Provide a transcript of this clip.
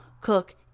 cook